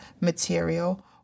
material